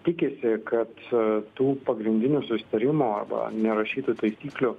tikisi kad tų pagrindinių susitarimų arba nerašytų taisyklių